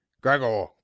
gregor